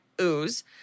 ooze